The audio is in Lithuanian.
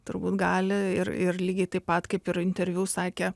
turbūt gali ir ir lygiai taip pat kaip ir interviu sakė